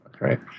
Right